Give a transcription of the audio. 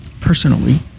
Personally